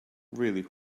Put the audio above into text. really